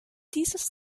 dieses